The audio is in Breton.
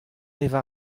devoa